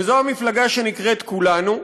וזו המפלגה שנקראת כולנו,